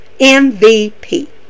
MVP